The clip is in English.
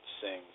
sings